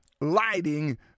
lighting